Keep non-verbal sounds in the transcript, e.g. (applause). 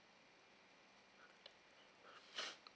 (breath)